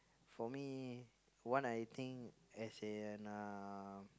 for me what I think as in uh